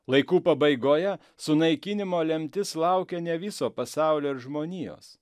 laikų pabaigoje sunaikinimo lemtis laukia ne viso pasaulio ar žmonijos